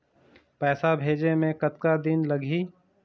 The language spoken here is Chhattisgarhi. पैसा भेजे मे कतका दिन लगही?